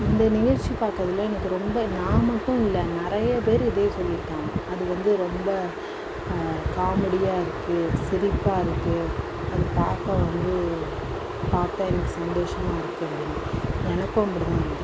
இந்த நிகழ்ச்சி பார்க்குறதுல எனக்கு ரொம்ப நான் மட்டும் இல்லை நிறைய பேர் இதே சொல்லியிருக்காங்க அதுவந்து ரொம்ப காமடியா இருக்கு சிரிப்பாக இருக்கு அது பார்க்க வந்து பார்த்தா எனக்கு சந்தோசமாக இருக்கு அப்படீன்னு எனக்கும் அப்படிதான் இருக்கு